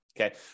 Okay